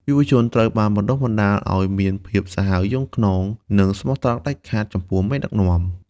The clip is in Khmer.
យុវជនត្រូវបានបណ្តុះបណ្តាលឱ្យមានភាពសាហាវយង់ឃ្នង និងស្មោះត្រង់ដាច់ខាតចំពោះមេដឹកនាំ។